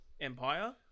empire